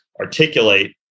articulate